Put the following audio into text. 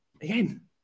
Again